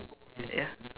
ya